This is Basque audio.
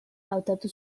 hautatu